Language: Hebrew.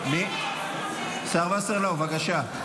--- השר וסרלאוף, בבקשה.